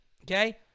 okay